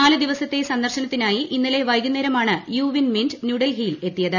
നാല് ദിവസത്തെ സന്ദർശനത്തിനായി ഇന്നലെ വൈകുന്നേരമാണ് യു വിൻ മിന്റ് ന്യൂഡൽഹിയിൽ എത്തിയത്